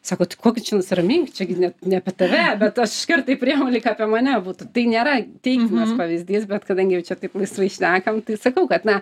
sako tai ko tu čia nusiramink čia gi ne ne apie tave bet aš iškart tai priimu lyg apie mane būtų tai nėra tinkamas pavyzdys bet kadangi jau čia taip laisvai šnekam tai sakau kad na